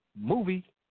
Movie